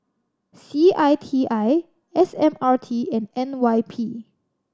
C I T I S M R T and N Y P